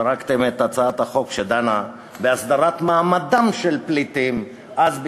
זרקתם את הצעת החוק שדנה בהסדרת מעמדם של פליטים אז,